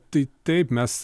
tai taip mes